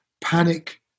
panic